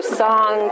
song